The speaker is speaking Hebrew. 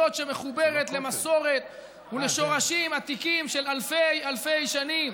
זו שמחוברת למסורת ולשורשים עתיקים של אלפי אלפי שנים,